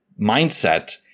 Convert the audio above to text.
mindset